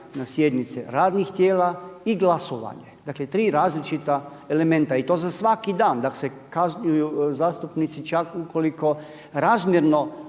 na sjednice radnih tijela i glasovanje. Dakle, tri različita elementa i to za svaki dan da se kazne zastupnici čak ukoliko razmjerno